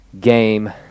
Game